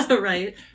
Right